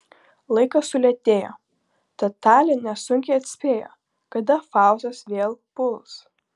laikas sulėtėjo tad talė nesunkiai atspėjo kada faustas vėl puls